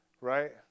right